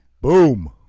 Boom